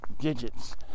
digits